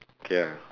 okay lah